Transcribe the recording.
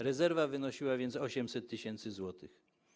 Rezerwa wynosiła więc 800 tys. zł.